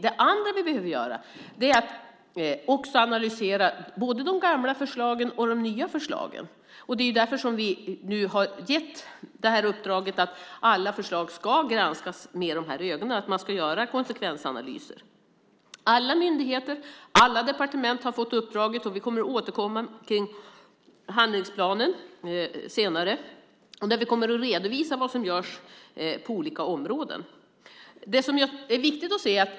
Det andra vi behöver göra är att analysera både de gamla och de nya förslagen. Det är därför som vi nu har gett uppdraget att granska alla förslag med de här ögonen, att man ska göra konsekvensanalyser. Alla myndigheter och alla departement har fått uppdraget, och vi återkommer till handlingsplanen senare. Vi kommer då att redovisa vad som görs på olika områden.